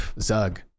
Zug